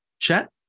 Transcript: chat